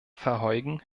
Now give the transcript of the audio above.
verheugen